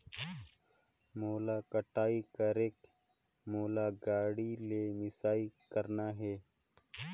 मोला कटाई करेके मोला गाड़ी ले मिसाई करना हे?